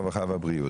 הרווחה והבריאות.